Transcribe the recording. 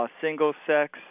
single-sex